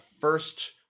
first